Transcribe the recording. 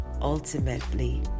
ultimately